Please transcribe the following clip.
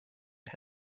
him